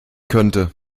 könnte